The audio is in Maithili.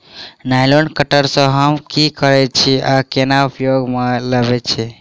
नाइलोन कटर सँ हम की करै छीयै आ केना उपयोग म लाबबै?